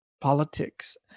politics